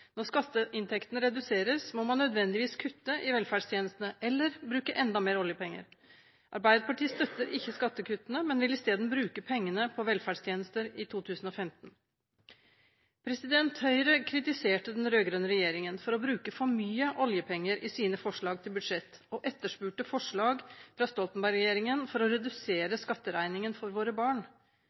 Når skatteinntektene reduseres, må man nødvendigvis kutte i velferdstjenestene eller bruke enda mer oljepenger. Arbeiderpartiet støtter ikke skattekuttene, men vil i stedet bruke pengene på velferdstjenester i 2015. Høyre kritiserte den rød-grønne regjeringen for å bruke for mye oljepenger i sine forslag til budsjett og etterspurte forslag fra Stoltenberg-regjeringen for å redusere skatteregningen for våre barn.